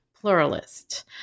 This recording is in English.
pluralist